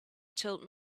told